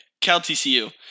Cal-TCU